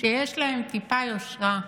שיש להם טיפה יושרה,